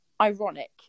ironic